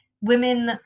women